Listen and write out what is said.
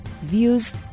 views